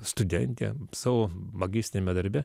studentė savo magistriniame darbe